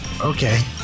Okay